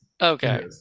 Okay